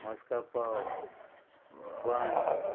म्हस्का पाव बंस